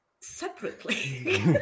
separately